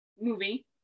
movie